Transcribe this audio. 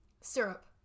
Syrup